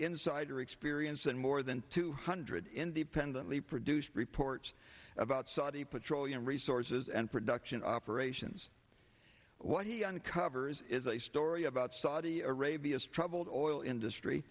insider experience and more than two hundred independently produced reports about saudi petroleum resources and production operations what he uncovers is a story about saudi arabia struck old oil industry